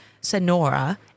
Sonora